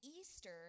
Easter